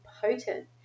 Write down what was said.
potent